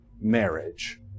marriage